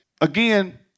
again